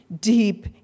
deep